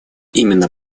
именно